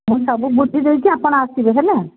ମୁଁ ସବୁ ବୁଝିଦେଇଛି ଆପଣ ଆସିବେ ହେଲା